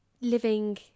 living